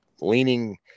leaning